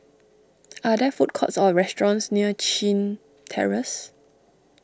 are there food courts or restaurants near Chin Terrace